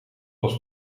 was